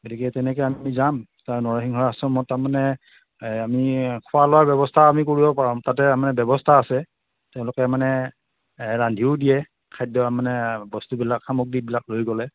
গতিকে তেনেকৈ আমি যাম তাৰ নৰসিংহ আশ্ৰমত তাৰমানে আমি খোৱা লোৱাৰ ব্যৱস্থা আমি কৰিব পাৰো তাতে মানে ব্যৱস্থা আছে তেওঁলোকে মানে ৰান্ধিও দিয়ে খাদ্য মানে বস্তুবিলাক সামগ্ৰীবিলাক লৈ গ'লে